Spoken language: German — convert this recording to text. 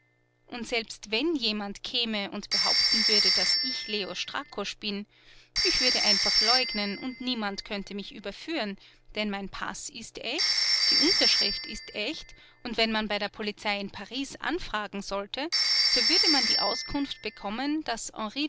und selbst wenn jemand käme und behaupten würde daß ich leo strakosch bin ich würde einfach leugnen und niemand könnte mich überführen denn mein paß ist echt die unterschrift ist echt und wenn man bei der polizei in paris anfragen sollte so würde man die auskunft bekommen daß